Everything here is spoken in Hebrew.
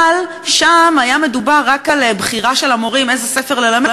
אבל שם היה מדובר רק על בחירה של המורים איזה ספר ללמד,